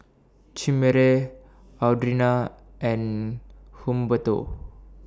Chimere Audriana and Humberto